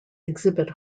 exhibit